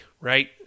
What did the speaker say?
right